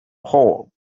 pole